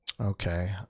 Okay